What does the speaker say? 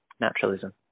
naturalism